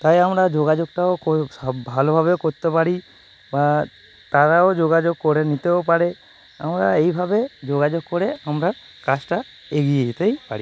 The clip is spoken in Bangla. তাই আমরা যোগাযোগটাও করে সব ভালোভাবেও করতে পারি বা তারাও যোগাযোগ করে নিতেও পারে আমরা এইভাবে যোগাযোগ করে আমরা কাজটা এগিয়ে যেতেই পারি